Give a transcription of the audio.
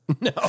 no